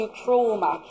trauma